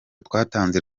rwatanzwe